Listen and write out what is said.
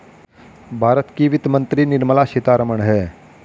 भारत की वित्त मंत्री निर्मला सीतारमण है